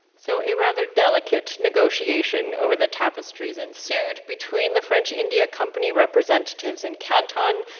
so a rather delicate negotiation over the tapestries ensued between the french india company representatives in canton,